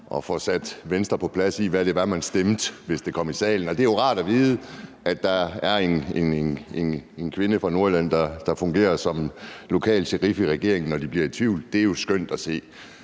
man får sat Venstre på plads, i forhold til hvad det var, man stemte, hvis det kom i salen. Det er jo rart at vide, at der er en kvinde fra Nordjylland, der fungerer som lokal sherif i regeringen, når de bliver i tvivl. Det er jo skønt at se.